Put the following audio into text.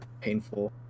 painful